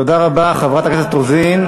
תודה רבה, חברת הכנסת רוזין.